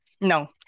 No